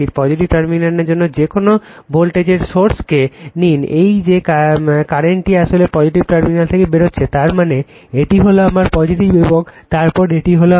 positive টার্মিনালের জন্য যে কোন ভোল্টেজের সোর্সকে নিন যে এই কারেন্টটি আসলে পজিটিভ টার্মিনাল থেকে বেরোচ্ছে তার মানে এটি হল আমার এবং তারপর এই হল আমার